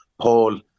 Paul